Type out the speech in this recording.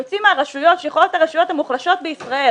שיוצאים מהרשויות שיכולות להיות הרשויות המוחלשות בישראל,